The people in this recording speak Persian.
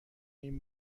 این